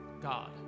god